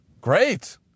great